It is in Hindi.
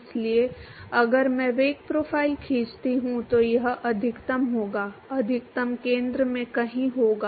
इसलिए अगर मैं वेग प्रोफ़ाइल खींचता हूं तो यह अधिकतम होगा अधिकतम केंद्र में कहीं होगा